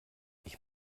ich